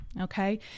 okay